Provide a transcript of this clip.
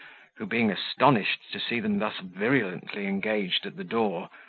who being astonished to see them thus virulently engaged at the door,